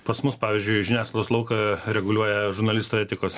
pas mus pavyzdžiui žiniaskaidos lauką reguliuoja žurnalistų etikos